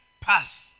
pass